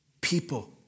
people